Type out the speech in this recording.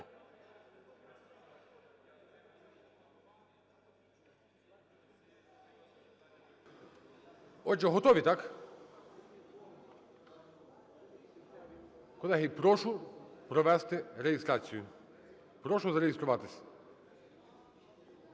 Отже, готові, так? Колеги, прошу провести реєстрацію. Прошу зареєструватись.